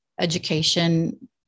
education